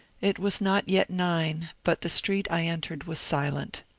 it was not yet nine, but the street i entered was silent.